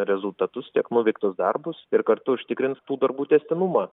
rezultatus tiek nuveiktus darbus ir kartu užtikrins tų darbų tęstinumą